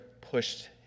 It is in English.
pushed